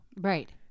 right